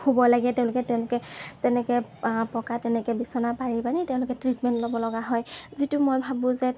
শুব লাগে তেওঁলোকে তেনেকৈ তেনেকৈ পকাত তেনেকৈ বিচনা পাৰি পিনি তেওঁলোকে ট্ৰিটমেণ্ট ল'ব লগা হয় যিটো মই ভাবোঁ যে